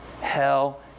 hell